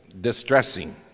distressing